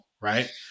right